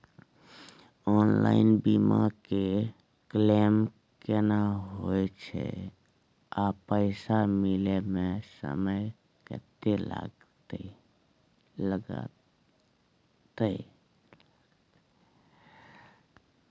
Online बीमा के claim केना होय छै आ पैसा मिले म समय केत्ते लगतै?